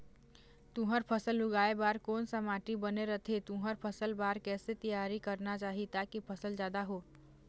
तुंहर फसल उगाए बार कोन सा माटी बने रथे तुंहर फसल बार कैसे तियारी करना चाही ताकि फसल जादा हो?